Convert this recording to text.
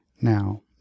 now